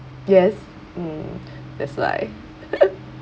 yes mm that's why